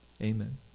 amen